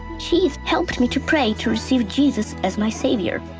she helped me to pray to receive jesus as my savior.